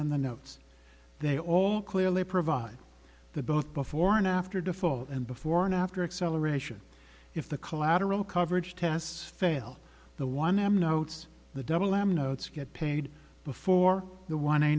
on the notes they all clearly provide the both before and after default and before and after acceleration if the collateral coverage tests fail the one m notes the double whammy notes get paid before the one i